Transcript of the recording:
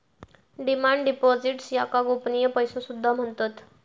demand deposits याका गोपनीय पैसो सुद्धा म्हणतत